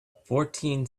fourteen